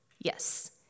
Yes